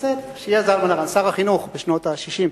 בסדר, שיהיה זלמן ארן, שר החינוך בשנות ה-60.